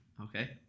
Okay